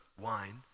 wine